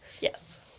Yes